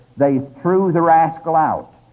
they threw the rascal out,